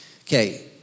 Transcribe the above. Okay